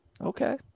Okay